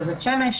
בבית שמש